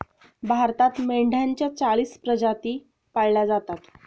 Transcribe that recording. भारतात मेंढ्यांच्या चाळीस प्रजाती पाळल्या जातात